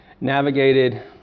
navigated